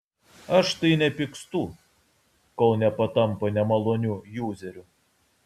aš tai nepykstu kol nepatampa nemaloniu juzeriu